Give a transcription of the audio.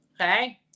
Okay